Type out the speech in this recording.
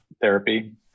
therapy